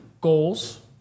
goals